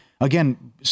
Again